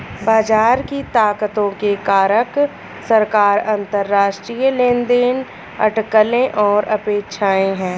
बाजार की ताकतों के कारक सरकार, अंतरराष्ट्रीय लेनदेन, अटकलें और अपेक्षाएं हैं